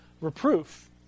Reproof